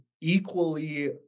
equally